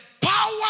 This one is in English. power